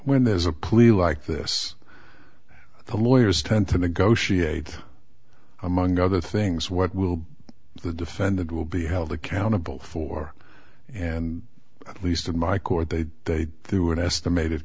when there's a clear like this the lawyers tend to negotiate among other things what will be the defendant will be held accountable for and at least in my court they they there were an estimated